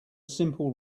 simple